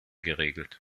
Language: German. geregelt